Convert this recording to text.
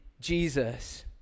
Jesus